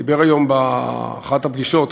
דיבר היום באחת הפגישות,